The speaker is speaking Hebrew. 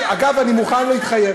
לא, אבל זה לא אותו דבר.